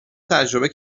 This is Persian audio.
تجربه